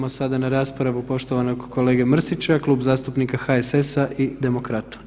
Idemo sada na raspravu poštovanog kolege Mrsića, Klub zastupnika HSS-a i Demokrata.